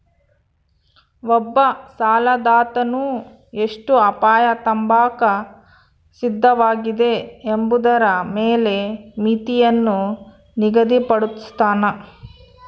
ಒಬ್ಬ ಸಾಲದಾತನು ಎಷ್ಟು ಅಪಾಯ ತಾಂಬಾಕ ಸಿದ್ಧವಾಗಿದೆ ಎಂಬುದರ ಮೇಲೆ ಮಿತಿಯನ್ನು ನಿಗದಿಪಡುಸ್ತನ